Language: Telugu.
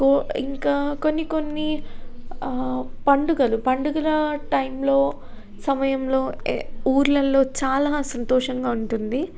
కో ఇంకా కొన్ని కొన్ని పండుగలు పండుగల టైంలో సమయంలో ఊర్లలో చాలా సంతోషంగా ఉంటుంది